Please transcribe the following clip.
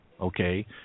okay